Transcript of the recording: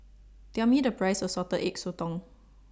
Tell Me The Price of Salted Egg Sotong